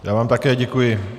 Já vám také děkuji.